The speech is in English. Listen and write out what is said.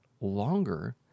longer